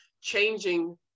changing